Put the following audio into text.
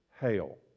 hail